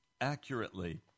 accurately